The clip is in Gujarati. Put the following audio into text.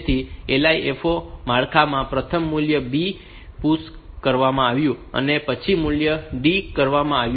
તેથી LIFO માળખામાં પ્રથમ મૂલ્ય B PUSH કરવામાં આવ્યું છે અને પછી મૂલ્ય D PUSH કરવામાં આવ્યું છે